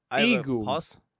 Eagles